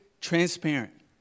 transparent